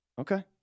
Okay